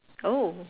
oh